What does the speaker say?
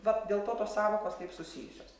vat dėl to tos sąvokos taip susijusios